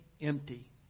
empty